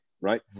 right